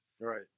Right